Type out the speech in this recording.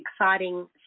exciting